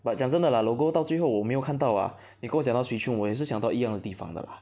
but 讲真的 lah logo 到最后我没有看到 ah 你跟我讲到 Swee-Choon 我也是想到一样的地方的 lah